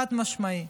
חד-משמעית.